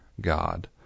God